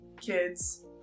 Kids